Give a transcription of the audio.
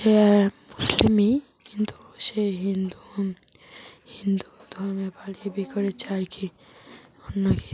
সে মুসলিমই কিন্তু সে হিন্দু হিন্দু ধর্মে পালিয়ে বিয়ে করেছে আর কি অন্যকে